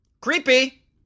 Creepy